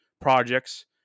projects